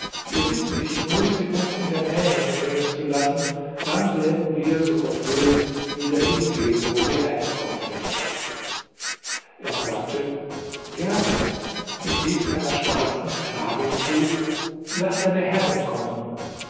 wir bitten dich nun sie uns in der nähe vernehmen zu lassen dann werden wir so gott will wieder hingehen woher wir gekommen sind er sagte gerne und rief einer schwarzen sklavin zu laß deine herrin kommen